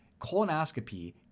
colonoscopy